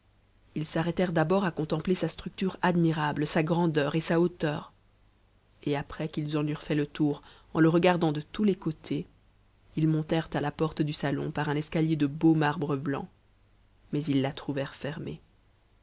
milieu arrêtèrent d'abord à contempler sa structure admirable sa grandeur et sa hauteur et après qu'ils en eurent fait le tour en le regardant de too les côtés ils montèrent à la porte du salon par un escalier de beau marh blanc mais ils la trouvèrent fermée